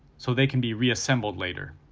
so they can be reassembled later.